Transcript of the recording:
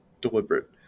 deliberate